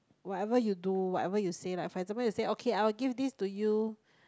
whatever you do whatever you say like for example you say okay I will give this to you